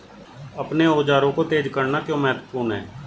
अपने औजारों को तेज करना क्यों महत्वपूर्ण है?